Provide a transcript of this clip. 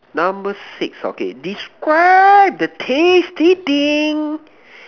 number six okay describe the tasty thing